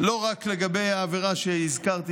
לא רק לגבי העבירה שהזכרתי,